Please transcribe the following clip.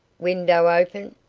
window open?